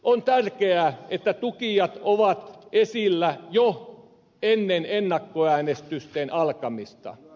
on tärkeää että tukijat ovat esillä jo ennen ennakkoäänestysten alkamista